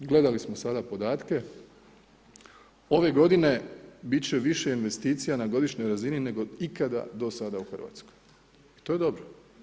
Gledali smo sada podatke, ove g. biti će više investicija na godišnjoj razini nego ikada do sada u Hrvatskoj, to je dobro.